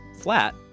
flat